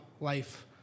life